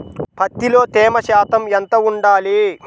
పత్తిలో తేమ శాతం ఎంత ఉండాలి?